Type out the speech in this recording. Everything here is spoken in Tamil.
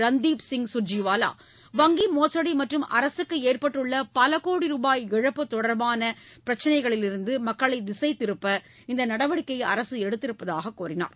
ரன்தீப் சிங் கர்ஜிவாவா வங்கி மோசடி மற்றும் அரசுக்கு ஏற்பட்டுள்ள பலகோடி ரூபாய் இழப்பு தொடர்பான பிரச்னைகளிலிருந்து மக்களை திசை திருப்ப இந்த நடவடிக்கையை அரசு எடுத்திருப்பதாக கூறினார்